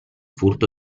furto